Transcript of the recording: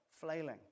Flailing